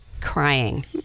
crying